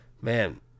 man